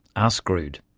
ah screwed.